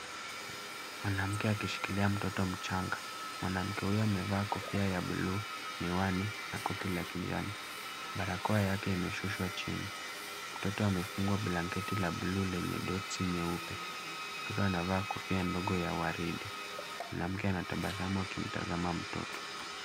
Mwanamke akishikilia mtoto mchanga. Mwanamke huyu amevaa kofia ya buluu, miwani na koti la kijani. Barakoa yake imeshushwa chini. Mtoto amefungwa blanketi la buluu lenye dots nyeupe. Mtoto amevaa kofia ndogo la waridi. Mwanamke anatabasamu akimtazama mtoto.